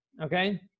Okay